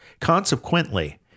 Consequently